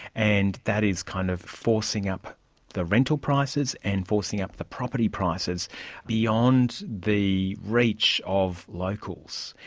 and that is kind of forcing up the rental prices and forcing up the property prices beyond the reach of locals,